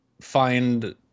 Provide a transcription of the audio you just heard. find